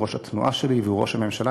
הוא ראש התנועה שלי והוא ראש הממשלה.